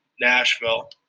Nashville